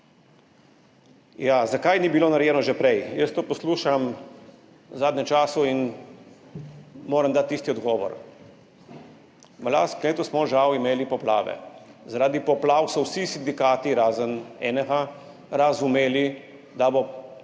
Zakaj ni bilo narejeno že prej, jaz to poslušam v zadnjem času in moram dati isti odgovor: v lanskem letu smo žal imeli poplave. Zaradi poplav so vsi sindikati razen enega razumeli, da bo